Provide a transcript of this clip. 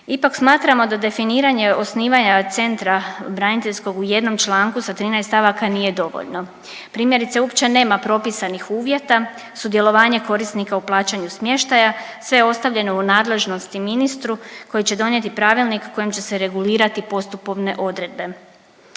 Ipak smatramo da definiranje osnivanja centra braniteljskog u jednom članku sa 13 stavaka nije dovoljno. Primjerice uopće nema propisanih uvjeta, sudjelovanja korisnika u plaćanju smještaja, sve je ostavljeno u nadležnosti ministru koji će donijeti pravilnik koji će se regulirat postupovne odredbe.